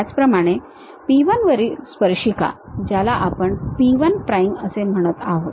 त्याचप्रमाणे p 1 वरील स्पर्शिका ज्याला आपण p 1 prime म्हणत आहोत